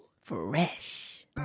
fresh